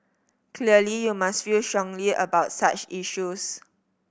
clearly you must feel strongly about such issues